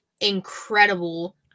incredible